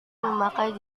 memakai